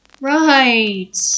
Right